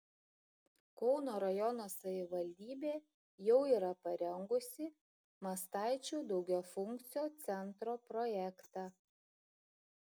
kauno rajono savivaldybė jau yra parengusi mastaičių daugiafunkcio centro projektą